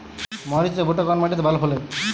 মরিচ এবং ভুট্টা কোন মাটি তে ভালো ফলে?